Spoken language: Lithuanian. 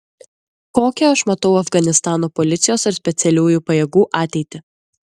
kokią aš matau afganistano policijos ar specialiųjų pajėgų ateitį